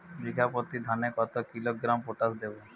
বিঘাপ্রতি ধানে কত কিলোগ্রাম পটাশ দেবো?